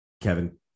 kevin